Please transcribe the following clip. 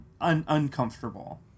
uncomfortable